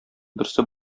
берсе